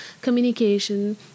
communication